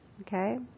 Okay